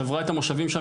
שברה את המושבים שם,